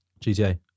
GTA